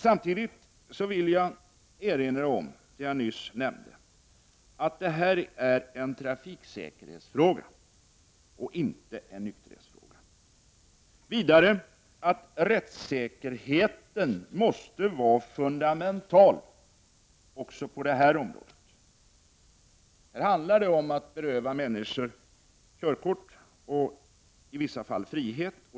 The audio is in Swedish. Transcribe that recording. Samtidigt vill jag erinra om det jag nyss nämnde, att detta är en trafiksäkerhetsfråga och inte en nykterhetsfråga. Vidare måste rättssäkerheten vara fundamental också på det här området. Här handlar det om att beröva människor körkort och i vissa fall frihet.